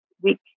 weak